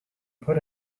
put